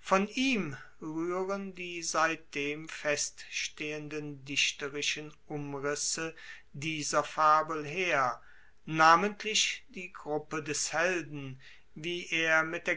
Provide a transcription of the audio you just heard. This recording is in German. von ihm ruehren die seitdem feststehenden dichterischen umrisse dieser fabel her namentlich die gruppe des helden wie er mit der